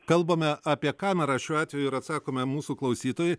kalbame apie kamerą šiuo atveju ir atsakome mūsų klausytojui